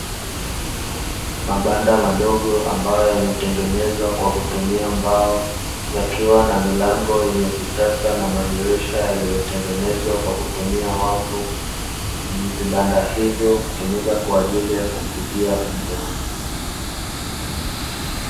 Mabanda madogo ambayo yametengenezwa kwa kutumia mbao, yakiwa na milango yenye vitasa na madirisha yaliyotengenezwa kwa kutumia wavu, vibanda hivyo hutumika kwaajili ya kufugia mbwa.